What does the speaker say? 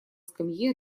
скамье